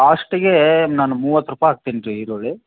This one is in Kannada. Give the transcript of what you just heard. ಲಾಸ್ಟಿಗೆ ನಾನು ಮೂವತ್ತು ರೂಪಾಯಿ ಹಾಕ್ತೀನ್ ರೀ ಈರುಳ್ಳಿ